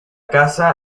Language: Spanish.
casa